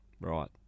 Right